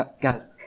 Guys